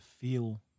feel